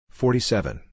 forty-seven